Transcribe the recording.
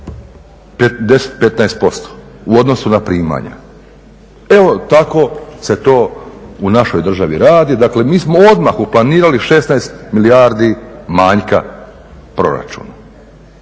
15% u odnosu na primanja. Evo tako se to u našoj državi radi. Dakle, mi smo odmah uplanirali 16 milijardi manjka proračuna.